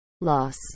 loss